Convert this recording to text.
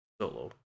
solo